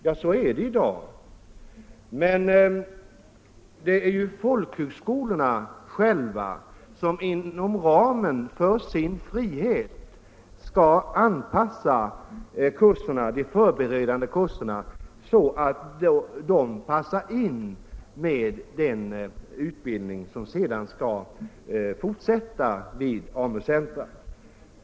Ja, så är det i dag, men det är ju folkhögskolorna själva som inom ramen för sin frihet skall lägga upp de förberedande kurserna så att de anpassas till den utbildning som sedan skall fortsätta vid AMU-centra.